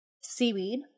seaweed